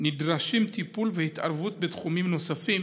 נדרשים טיפול והתערבות בתחומים נוספים,